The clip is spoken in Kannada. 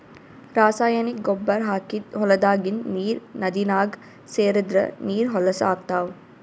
ರಾಸಾಯನಿಕ್ ಗೊಬ್ಬರ್ ಹಾಕಿದ್ದ್ ಹೊಲದಾಗಿಂದ್ ನೀರ್ ನದಿನಾಗ್ ಸೇರದ್ರ್ ನೀರ್ ಹೊಲಸ್ ಆಗ್ತಾವ್